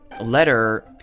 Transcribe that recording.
letter